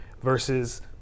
versus